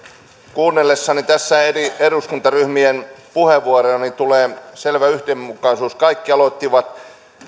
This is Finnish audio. kuunnellessani tässä eri eduskuntaryhmien puheenvuoroja tulee esiin selvä yhdenmukaisuus kaikki aloittivat